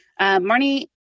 Marnie